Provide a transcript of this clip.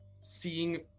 Seeing